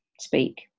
speak